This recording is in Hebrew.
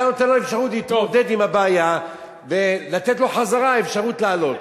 אתה נותן לו אפשרות להתמודד עם הבעיה ולתת לו חזרה אפשרות לעלות,